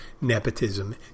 nepotism